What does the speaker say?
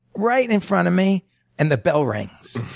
right in front of me and the bell rings.